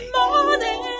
morning